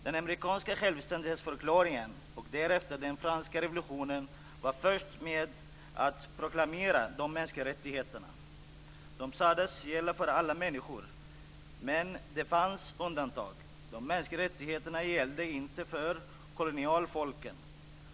Den amerikanska självständighetsförklaringen och därefter den franska revolutionen var först med att proklamera de mänskliga rättigheterna. De sades gälla för alla människor. Men det fanns undantag. De mänskliga rättigheterna gällde inte för kolonialfolken.